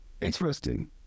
interesting